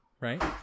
right